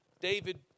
David